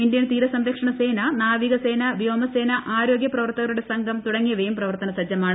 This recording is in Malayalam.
ഇന്ത്യൻ തീരസംരക്ഷണസേന നാവികസേന വ്യോമസേന ആരോഗ്യ പ്രവർത്തകരുടെ സംഘം തുടങ്ങിയവയും പ്രവർത്തന സജ്ജമാണ്